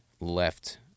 left